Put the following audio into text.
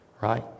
right